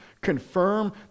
Confirm